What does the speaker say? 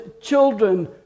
children